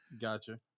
Gotcha